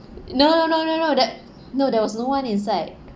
no no no no no that no there was no one inside